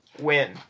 win